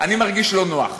אני מרגיש לא נוח,